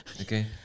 Okay